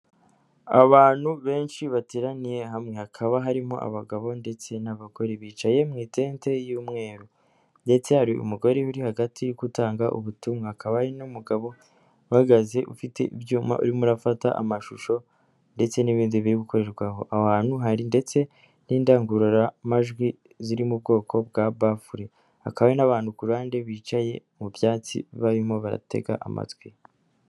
Abantu benshi bateraniye hamwe, hakaba harimo abagabo ndetse n'abagore, bicaye mu itente y'umweru ndetse hari umugore uri hagati uri gutanga ubutumwa, hakaba hari n'umugabo uhagaze ufite ibyuma urimo urafata amashusho ndetse n'ibindi biri gukorerwa aho. Aho hantu hari ndetse n'indangururamajwi ziri mu bwoko bwa bafure, hakaba hari n'abantu ku ruhande bicaye mu byatsi barimo baratega amatwi.